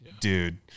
dude